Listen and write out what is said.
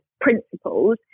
principles